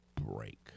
break